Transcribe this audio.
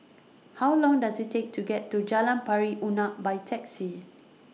How Long Does IT Take to get to Jalan Pari Unak By Taxi